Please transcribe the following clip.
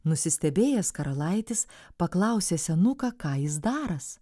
nusistebėjęs karalaitis paklausė senuką ką jis darąs